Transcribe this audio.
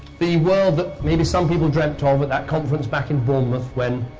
the world that maybe some people dreamt ah of. at that conference back in bournemouth when.